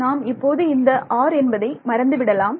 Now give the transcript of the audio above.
நாம் இப்போது இந்த r என்பதை மறந்து விடலாம்